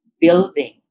building